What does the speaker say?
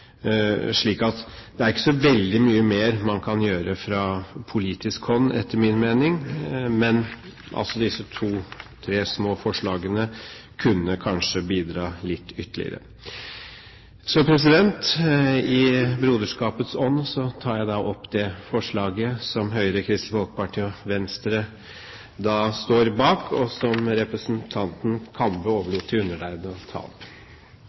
slik at det er ikke så veldig mye mer man kan gjøre fra politisk hånd, etter min mening. Men disse to, tre små forslagene kunne kanskje bidra litt ytterligere. I broderskapets ånd tar jeg opp det forslaget som Høyre, Kristelig Folkeparti og Venstre står bak, og som representanten